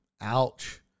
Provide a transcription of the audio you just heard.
ouch